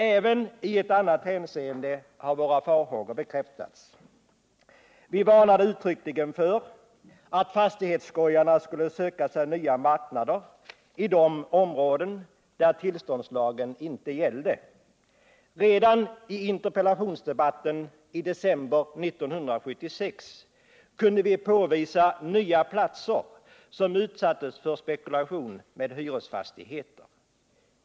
Även i ett annat hänseende har våra farhågor besannats. Vi varnade uttryckligen för att fastighetsskojarna skulle söka sig nya marknader i de områden där tillståndslagen inte gällde. Redan i interpellationsdebatten i december 1976 kunde vi påvisa nya platser som utsattes för spekulation med hyresfastigheter.